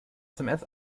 sms